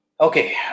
okay